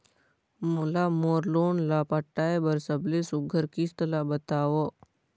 मोला मोर लोन ला पटाए बर सबले सुघ्घर किस्त ला बताव?